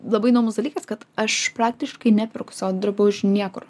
labai įdomus dalykas kad aš praktiškai neperku sau drabužių niekur